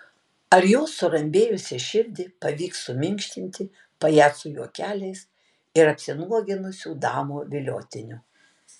ar jo surambėjusią širdį pavyks suminkštinti pajacų juokeliais ir apsinuoginusių damų viliotiniu